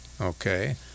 Okay